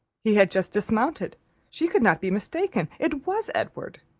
he had just dismounted she could not be mistaken it was edward.